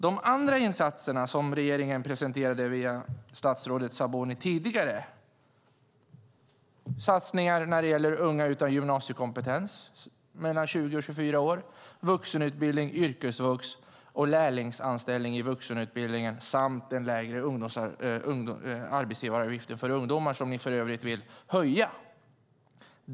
De andra insatser som regeringen presenterade via statsrådet Sabuni tidigare är satsningar på unga mellan 20 och 24 år utan gymnasiekompetens, vuxenutbildning, yrkesvux och lärlingsanställning i vuxenutbildningen samt den lägre arbetsgivaravgiften för ungdomar, som ni för övrigt vill höja.